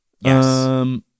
Yes